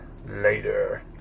Later